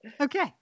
Okay